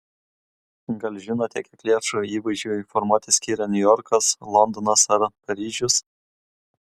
gal žinote kiek lėšų įvaizdžiui formuoti skiria niujorkas londonas ar paryžius